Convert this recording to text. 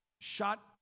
shot